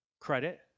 credit